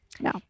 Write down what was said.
No